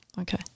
Okay